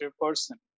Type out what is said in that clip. person